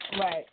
Right